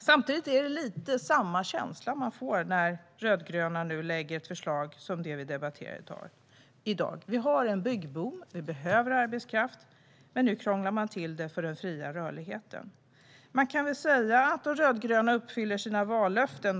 Samtidigt är det lite samma känsla man får när nu de rödgröna lägger fram ett förslag som det vi debatterar i dag. Vi har en byggboom och vi behöver arbetskraft, men nu krånglar man till det för den fria rörligheten. Man kan väl säga att de rödgröna uppfyller sina vallöften.